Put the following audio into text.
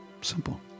Simple